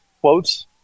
quotes